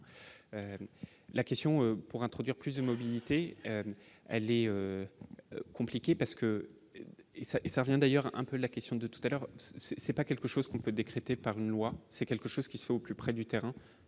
la question pour introduire plus de mobilité, elle est compliquée parce que et ça et ça rien d'ailleurs un peu la question de tout à l'heure, c'est c'est pas quelque chose qu'on peut décréter par une loi, c'est quelque chose qui soit au plus près du terrain